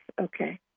Okay